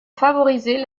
favoriser